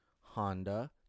Honda